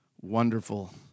wonderful